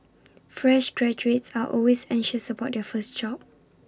fresh graduates are always anxious about their first job